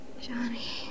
Johnny